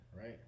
Right